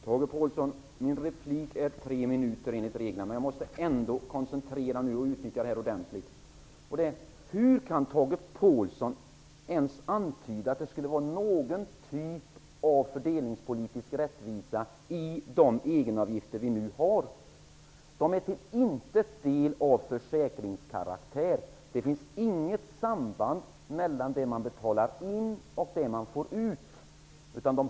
Herr talman! Enligt reglerna är min repliktid 3 min. Men jag måste ändå koncentrera mig nu för att utnyttja tiden väl. Jag undrar nämligen hur Tage Påhlsson ens kan antyda att det skulle vara någon typ av fördelningspolitisk rättvisa i de egenavgifter som vi nu har. De är till intet del av försäkringskaraktär utan av skattekaraktär. Det finns nämligen inget samband mellan det som betalas in och det som betalas ut.